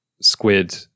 squid